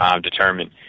determined